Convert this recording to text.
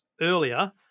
earlier